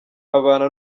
abana